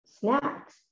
snacks